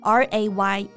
ray